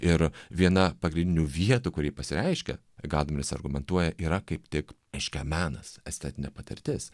ir viena pagrindinių vietų kuri ji pasireiškia gadamris argumentuoja yra kaip tik reiškia menas estetinė patirtis